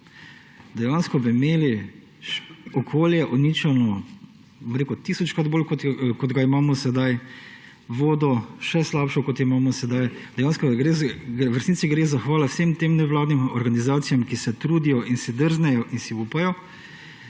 dejansko bi imeli okolje uničeno tisočkrat bolj, kot ga imamo sedaj, vodo še slabšo, kot jo imamo sedaj. Dejansko v resnici gre zahvala vsem tem nevladnim organizacijam, ki se trudijo in si drznejo in si upajo